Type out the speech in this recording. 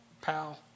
pal